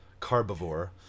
Carbivore